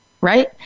right